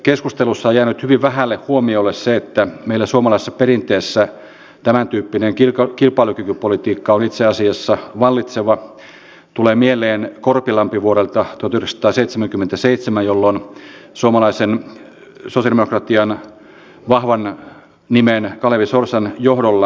sen vuoksi minä haluaisin nyt tietää jos nyt halutaan välttämättä tätä peruutuspeilipeliä täällä käydä millä mittarilla te osoitatte että olemme kurjistaneet yksittäisten kansalaisten asemaa enemmän kuin te nyt teette tässä hallituksessa